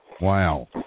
Wow